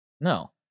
No